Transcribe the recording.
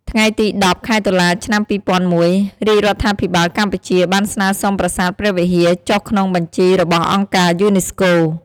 ថ្ងៃទី១០ ខែតុលា ឆ្នាំ២០០១ រាជរដ្ឋាភិបាលកម្ពុជាបានស្នើសុំប្រាសាទព្រះវិហារចុះក្នុងបញ្ជីរបស់អង្គការយូនីស្កូ។